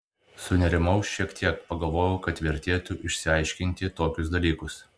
sunerimau šiek tiek pagalvojau kad vertėtų išsiaiškinti tokius dalykus